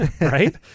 Right